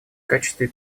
качестве